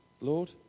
Lord